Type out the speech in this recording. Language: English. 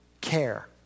care